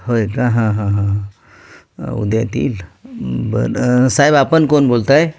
हो का हां हां हां उद्या येतील बरं साहेब आपण कोण बोलत आहे